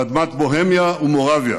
על אדמת בוהמיה ומורביה